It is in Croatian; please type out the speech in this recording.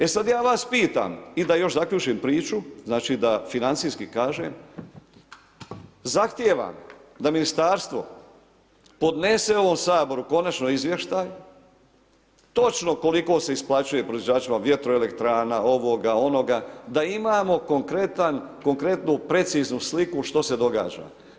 E sad ja vas pitam i da još zaključim priču, znači da financijski kažem, zahtjeva da ministarstvo podnese ovom Saboru konačno izvještaj točno koliko se isplaćuje proizvođačima vjetroelektrana, ovoga, onoga, da imamo konkretan, konkretnu preciznu sliku što se događa.